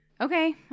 Okay